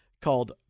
Called